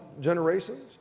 generations